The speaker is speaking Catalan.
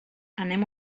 anem